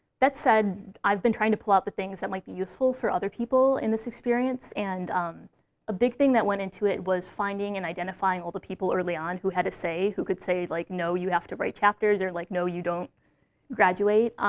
that said, i've been trying to pull out the things that might be useful for other people in this experience. and um a big thing that went into it was finding and identifying all the people early on who had a say, who could say, like, no, you have to write chapters, or like no, you don't graduate.